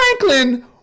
Franklin